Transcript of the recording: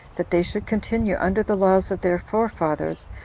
that they should continue under the laws of their forefathers,